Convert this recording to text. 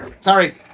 sorry